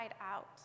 out